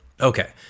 Okay